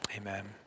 Amen